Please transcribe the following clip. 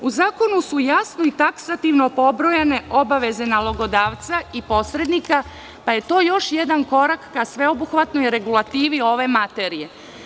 U zakonu su jasno i taksativno pobrojane obaveze nalogodavca i posrednika, pa je to još jedan korak ka sveobuhvatnoj regulativi ove materije.